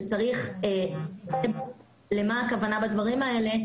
שצריך להבין למה הכוונה בדברים האלה.